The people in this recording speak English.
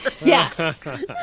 Yes